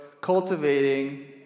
cultivating